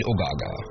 Ogaga